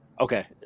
Okay